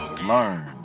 learn